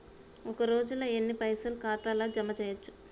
ఒక రోజుల ఎన్ని పైసల్ ఖాతా ల జమ చేయచ్చు?